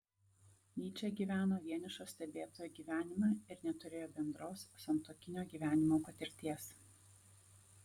nyčė gyveno vienišo stebėtojo gyvenimą ir neturėjo bendros santuokinio gyvenimo patirties